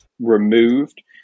removed